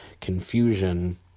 confusion